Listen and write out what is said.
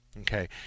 Okay